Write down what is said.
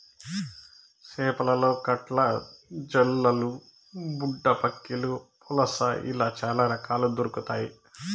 చేపలలో కట్ల, జల్లలు, బుడ్డపక్కిలు, పులస ఇలా చాల రకాలు దొరకుతాయి